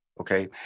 Okay